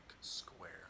square